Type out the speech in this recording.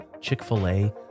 Chick-fil-A